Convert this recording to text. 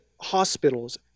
hospitals